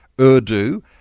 Urdu